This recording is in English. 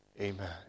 Amen